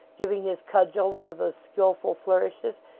giving his cudgel one of those skilful flourishes,